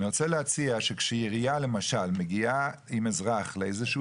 אני רוצה להציג שכשעירייה למשל מגיעה עם אזרח לאיזשהו